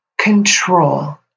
control